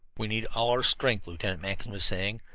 we need all our strength, lieutenant mackinson was saying.